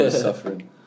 suffering